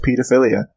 pedophilia